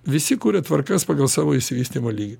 visi kuria tvarkas pagal savo išsivystymo lygį